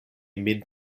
min